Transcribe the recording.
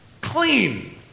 clean